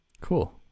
cool